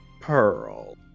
pearl